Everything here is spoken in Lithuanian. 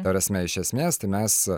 ta prasme iš esmės tai mes